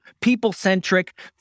people-centric